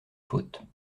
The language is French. fautes